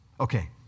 Okay